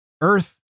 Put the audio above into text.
Earth